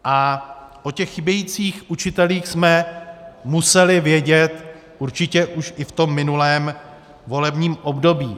A o chybějících učitelích jsme museli vědět určitě už i v minulém volebním období.